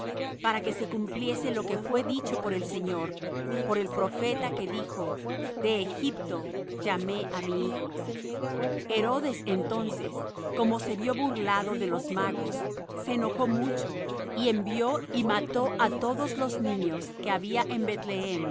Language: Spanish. para que se cumpliese lo que fué dicho por el señor por el profeta que dijo de egipto llamé á mi hijo herodes entonces como se vió burlado de los magos se enojó mucho y envió y mató á todos los niños que había en